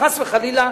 חס וחלילה,